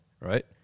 right